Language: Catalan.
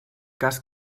cas